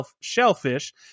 shellfish